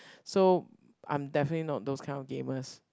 so I'm definitely not those kind of gamers